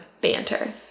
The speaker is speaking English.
banter